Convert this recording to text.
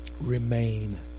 remain